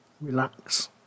relax